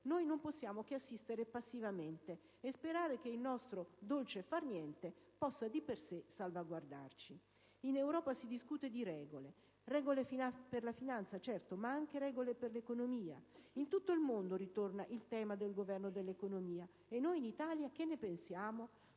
non possiamo che assistere passivamente e sperare che il nostro dolce far niente possa di per sé salvaguardarci. In Europa si discute di regole: regole per la finanza, ma anche regole per l'economia. Ritorna in tutto il mondo il tema del governo dell'economia, e noi cosa ne pensiamo